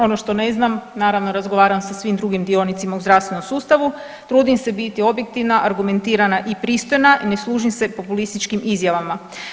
Ono što ne znam, naravno, razgovaram sa svim drugim dionicima u zdravstvenom sustavu, trudim se biti objektivna, argumentirana i pristojna i ne služim se populističkim izjavama.